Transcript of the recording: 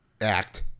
act